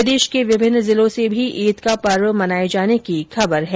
प्रदेश के विभिन्न जिलों से भी ईद का पर्व मनाये जाने की खबर है